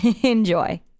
Enjoy